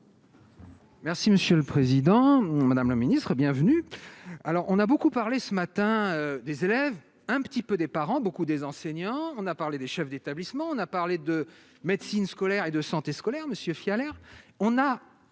Merci monsieur le président, madame la ministre, bienvenue, alors on a beaucoup parlé ce matin, des élèves, un petit peu des parents beaucoup des enseignants, on a parlé des chefs d'établissement, on a parlé de médecine scolaire et de santé scolaire Monsieur l'on